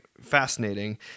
fascinating